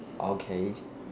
okay